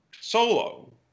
solo